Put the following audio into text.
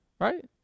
Right